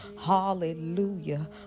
Hallelujah